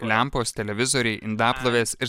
lempos televizoriai indaplovės ir